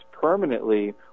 permanently